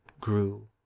grew